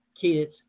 kids